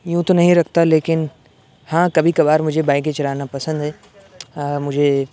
یوں تو نہیں رکھتا لیکن ہاں کبھی کبھار مجھے بائکیں چلانا پسند ہے مجھے